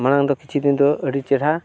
ᱢᱟᱲᱟᱝ ᱫᱚ ᱠᱤᱪᱷᱫᱤᱱ ᱫᱚ ᱟᱹᱰᱤ ᱪᱮᱨᱦᱟ